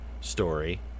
story